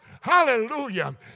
Hallelujah